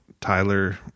Tyler